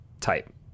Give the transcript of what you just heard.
type